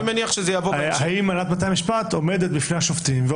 לפנות להנהלת בתי המשפט,